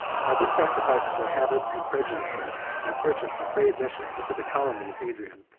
by this sacrifice of their habits and prejudices, they purchased a free admission into the colony of hadrian,